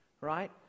right